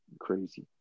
crazy